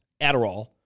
Adderall